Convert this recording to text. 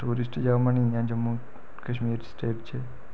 tourist जगह् बनी दियां जम्मू कश्मीर स्टेट च